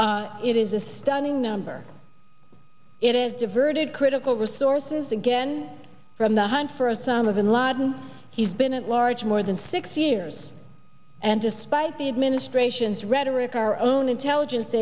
us it is a stunning number it is diverted critical resources again from the hunt for osama bin laden he's been at large more than six years and despite the administration's rhetoric our own intelligence